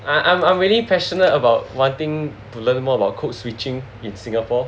um I'm really really passionate about wanting to learn more about code switching in Singapore